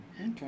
Okay